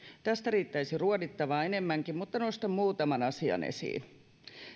tästä riittäisi ruodittavaa enemmänkin mutta nostan muutaman asian esiin